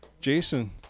Jason